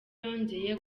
yongeye